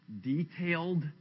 detailed